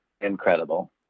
Incredible